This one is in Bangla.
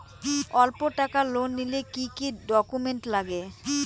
অল্প টাকার লোন নিলে কি কি ডকুমেন্ট লাগে?